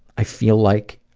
i feel like,